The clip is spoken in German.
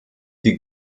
die